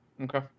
Okay